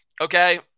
Okay